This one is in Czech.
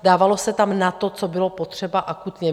Dávalo se tam na to, co bylo potřeba akutně.